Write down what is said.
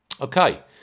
Okay